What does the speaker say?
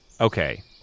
Okay